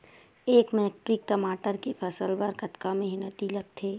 एक मैट्रिक टमाटर के फसल बर कतका मेहनती लगथे?